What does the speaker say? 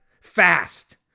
fast